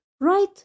right